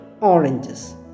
oranges